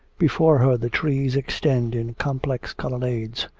before her the trees extend in complex colonnades,